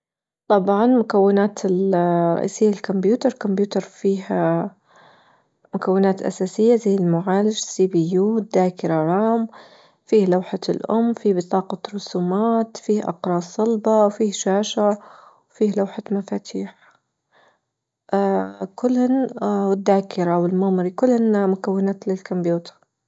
طبعا مكونات الأساسية للكمبيوتر الكمبيوتر فيه مكونات أساسية زي المعالج سى بى يو ذاكرة رام فيه لوحة الأم فيه بطاقة رسومات فيه أقراص صلبة فيه شاشة فيه لوحة مفاتيح كلهن والذاكرة والميموري كلهن مكونات للكمبيوتر.